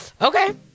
Okay